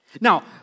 Now